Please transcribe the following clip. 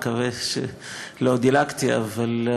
אני מקווה שלא דילגתי, אבל,